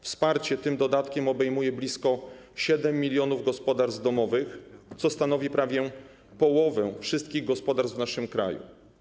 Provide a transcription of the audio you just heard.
Wsparcie tym dodatkiem obejmuje blisko 7 mln gospodarstw domowych, co stanowi prawie połowę wszystkich gospodarstw w naszym kraju.